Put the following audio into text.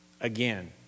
Again